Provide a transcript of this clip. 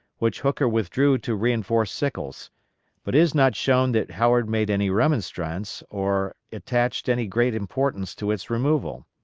which hooker withdrew to reinforce sickles but is not shown that howard made any remonstrance or attached any great importance to its removal.